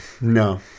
No